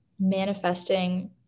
manifesting